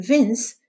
Vince